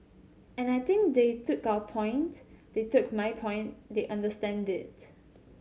and I think they took our point they took my point they understand it